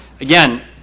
again